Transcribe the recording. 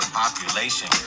population